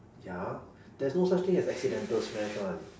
ya there's no such thing as accidental smash one